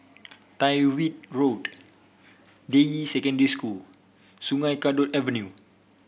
Tyrwhitt Road Deyi Secondary School Sungei Kadut Avenue